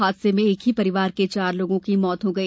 हादसे में एक ही परिवार के चार लोगों की मौत हो गई